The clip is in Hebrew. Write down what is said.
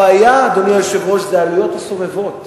הבעיה היא העלויות הסובבות,